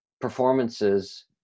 performances